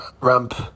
ramp